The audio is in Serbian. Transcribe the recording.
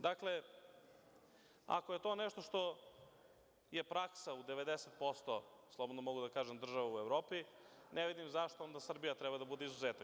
Dakle, ako je to nešto što je praksa u 90%, slobodno mogu da kažem, država u Evropi, ne vidim zašto onda Srbija treba da bude izuzetak.